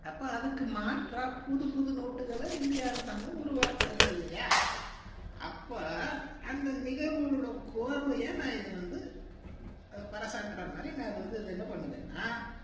அப்போது அதுக்கு மாற்றாக புதுப்புது நோட்டுகளை இந்திய அரசாங்கம் உருவாக்குணுச்சு இல்லையா அப்போது அந்த நிகழ்வுகளோடய கோர்வையாக நான் இதை வந்து பறைசாற்றுகிற மாதிரி நான் இதை வந்து என்ன பண்ணுவேன்னா